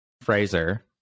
Fraser